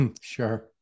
Sure